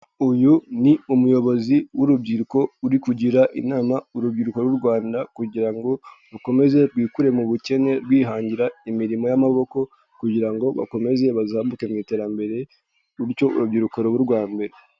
Uyu ni umuyobozi w'urubyiruko uri kugira inama urubyiruko rw'u Rwanda kugira ngo rukomeze rwikure mu bukene, rwihangira imirimo y'amaboko kugira ngo bakomeze bazamuke mu iterambere, bityo urubyiruko rube urwa mbere.